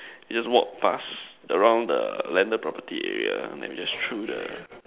we just walk past around the landed property area and just through the